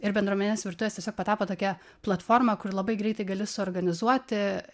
ir bendruomeninės virtuvės tiesiog patapo tokia platforma kur labai greitai gali suorganizuoti